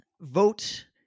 vote